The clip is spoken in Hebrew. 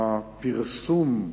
הפרסום,